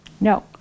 No